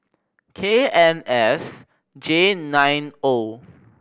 K N S J nine O